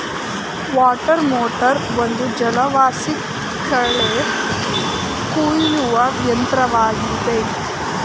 water mower ಒಂದು ಜಲವಾಸಿ ಕಳೆ ಕುಯ್ಯುವ ಯಂತ್ರವಾಗಿದೆ